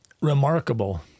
remarkable